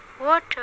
water